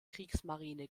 kriegsmarine